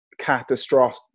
catastrophic